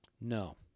No